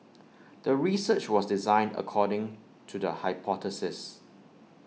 the research was designed according to the hypothesis